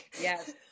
Yes